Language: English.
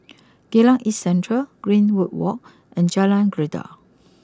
Geylang East Central Greenwood walk and Jalan Greja